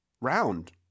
Round